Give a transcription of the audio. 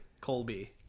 Colby